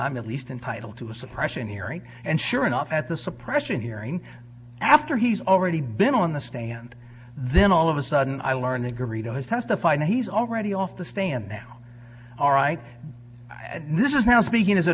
i'm at least entitled to a suppression hearing and sure enough at the suppression hearing after he's already been on the stand then all of a sudden i learned greta has testified he's already off the stand now all right and this is now speaking as a